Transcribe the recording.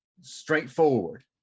straightforward